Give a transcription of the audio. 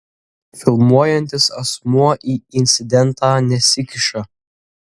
filmuojantis asmuo į incidentą nesikiša